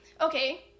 Okay